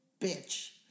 bitch